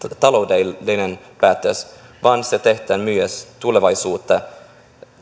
taloudellinen päätös vaan se tehdään myös tulevaisuutta